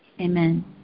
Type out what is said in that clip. Amen